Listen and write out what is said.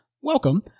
Welcome